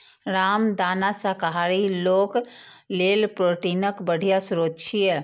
रामदाना शाकाहारी लोक लेल प्रोटीनक बढ़िया स्रोत छियै